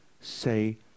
say